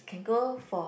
can go for